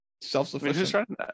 self-sufficient